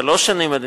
שלוש שנים או יותר,